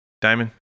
Diamond